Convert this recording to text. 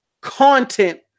Content